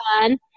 fun